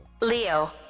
Leo